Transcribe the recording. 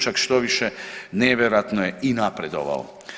Čak što više nevjerojatno je i napredovao.